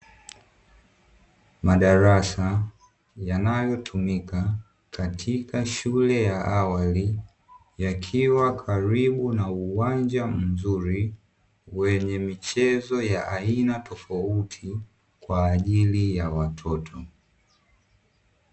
Madarasa yanayotumika katika shule ya awali, yakiwa karibu na uwanja mzuri, wenye michezo ya aina tofauti, kwa ajili ya watoto.